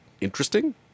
interesting